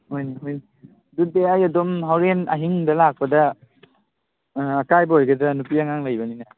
ꯍꯣꯏꯅꯦ ꯍꯣꯏꯅꯦ ꯑꯗꯨꯗꯤ ꯑꯩ ꯑꯗꯨꯝ ꯍꯧꯔꯦꯟ ꯑꯍꯤꯡꯗ ꯂꯥꯛꯄꯗ ꯑꯀꯥꯏꯕ ꯑꯣꯏꯒꯗ꯭ꯔꯥ ꯅꯨꯄꯤ ꯑꯉꯥꯡ ꯂꯩꯕꯅꯤꯅ